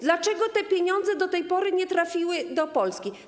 Dlaczego te pieniądze do tej pory nie trafiły do Polski?